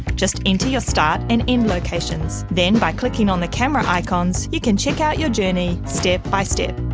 just enter your start and end locations. then, by clicking on the camera icons, you can check out your journey step-by-step.